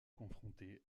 confrontée